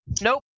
nope